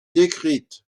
décrite